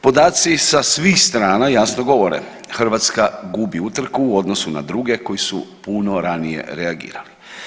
Podaci sa svih strana jasno govore, Hrvatska gubi utrku u odnosu na druge koji su puno ranije reagirali.